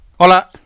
Hola